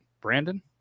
Brandon